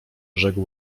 rzekł